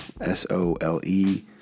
S-O-L-E